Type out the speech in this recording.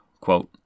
Quote